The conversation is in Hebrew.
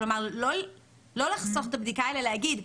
לא לחסוך את הבדיקה אלא להגיד,